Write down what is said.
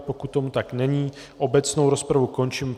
Pokud tomu tak není, obecnou rozpravu končím.